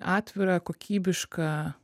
atvirą kokybišką